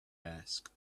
asked